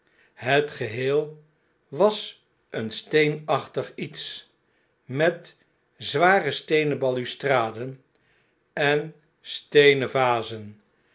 het geheel was een steenachtig iets met zware steenen balustraden en steenen vazen